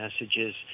messages